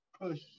push